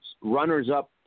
runners-up